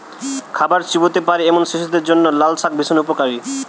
খাবার চিবোতে পারে এমন শিশুদের জন্য লালশাক ভীষণ উপকারী